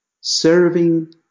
serving